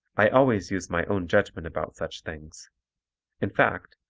i always use my own judgment about such things in fact,